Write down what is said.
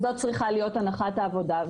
זאת צריכה להיות הנחת העבודה.